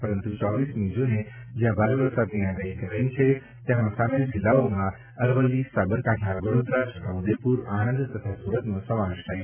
પરંતુ ચોવીસમી જૂને જ્યાં ભારે વરસાદની આગાહી કરાઈ છે તેમાં સામેલ જિલ્લાઓમાં અરવલ્લી સાબરકાંઠા વડોદરા છોટા ઉદેપુર આણંદ તથા સુરતનો સમાવેશ થાય છે